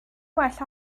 well